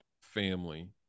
family